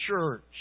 church